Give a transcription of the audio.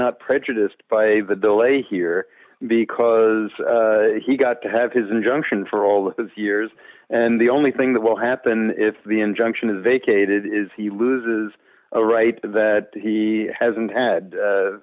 not prejudiced by the delay here because he got to have his injunction for all his years and the only thing that will happen if the injunction is vacated is he loses a right that he hasn't had